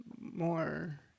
more